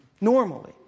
Normally